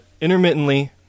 intermittently